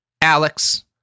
Alex